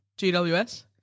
GWS